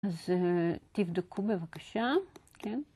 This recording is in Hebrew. אז תבדקו בבקשה, כן.